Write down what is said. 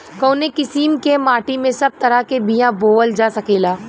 कवने किसीम के माटी में सब तरह के बिया बोवल जा सकेला?